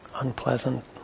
unpleasant